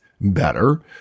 better